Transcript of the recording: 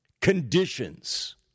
conditions